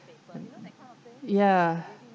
ya